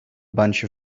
bunch